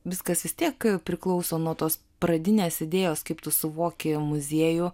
viskas vis tiek priklauso nuo tos pradinės idėjos kaip tu suvoki muziejų